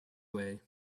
way